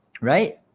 Right